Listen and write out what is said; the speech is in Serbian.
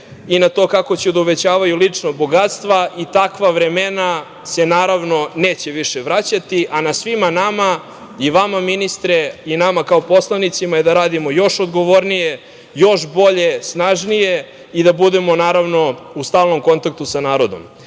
i na to kako će da uvećavaju lična bogatstva i takva vremena se naravno neće više vraćati, a na svima nama i vama ministre i nama kao poslanicima je da radimo još odgovornije, još bolje, snažnije i da budemo, naravno, u stalnom kontaktu sa narodom.